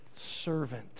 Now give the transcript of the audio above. servant